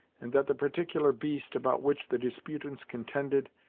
and that the particular beast, about which the disputants contended,